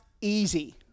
easy